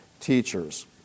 teachers